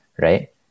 right